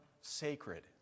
sacred